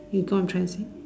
you know what I'm trying to say